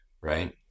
right